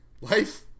Life